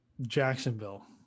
Jacksonville